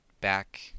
back